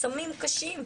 סמים קשים.